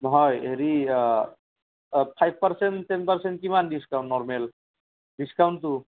নহয় হেৰি five percent ten percent কিমান ডিছকাউণ্ট নৰ্মেল ডিছকাউণ্টটো